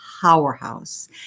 powerhouse